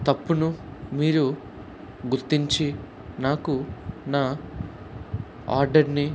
తప్పును మీరు గుర్తించి నాకు నా ఆర్డర్ని